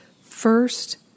first